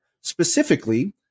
specifically